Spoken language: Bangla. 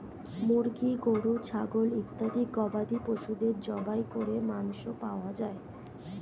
মুরগি, গরু, ছাগল ইত্যাদি গবাদি পশুদের জবাই করে মাংস পাওয়া যায়